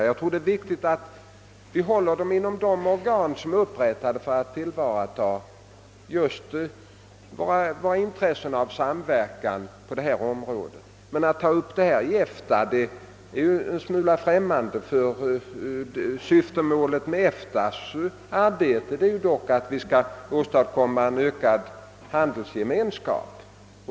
Jag tror det är viktigt att vi håller dem inom de organ som är upprättade för att tillvarata möjligheter till samverkan just på detta område. Men det är en smula främmande att ta upp dessa problem i EFTA. Svftemålet med EFTA:s arbete är dock att åstadkomma en förbättrad handelsgemenskap.